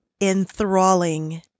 enthralling